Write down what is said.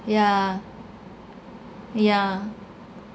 yeah yeah